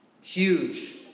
Huge